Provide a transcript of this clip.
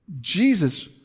Jesus